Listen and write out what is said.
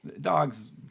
Dogs